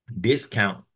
discount